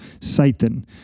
Satan